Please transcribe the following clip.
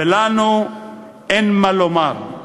ולנו אין מה לומר.